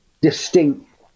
distinct